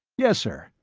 yes, sir.